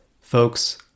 Folks